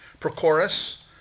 Prochorus